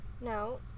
No